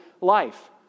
life